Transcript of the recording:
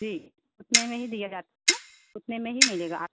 जी उतने में ही दीजिएगा आपको उतने में ही मिलेगा आपको